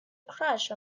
crush